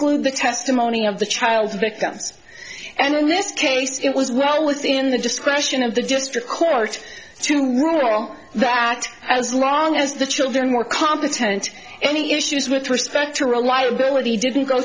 exclude the testimony of the child's victims and in this case it was well within the discretion of the district court to rule that as long as the children were competent any issues with respect to reliability didn't go